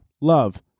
love